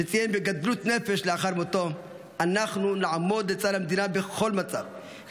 שציין בגדלות נפש לאחר מותו: אנחנו נעמוד לצד המדינה בכל מצב,